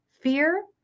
fear